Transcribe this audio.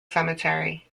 cemetery